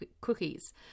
cookies